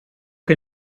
che